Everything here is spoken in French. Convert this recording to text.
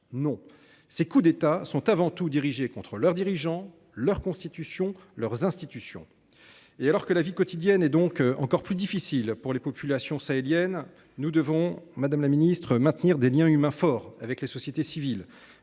Non. Ces coups d’État sont avant tout dirigés contre leurs dirigeants, leurs constitutions et leurs institutions. Alors que la vie quotidienne est encore plus difficile pour les populations sahéliennes, madame la ministre, nous devons maintenir des liens humains forts avec les sociétés civiles